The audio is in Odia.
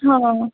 ହଁ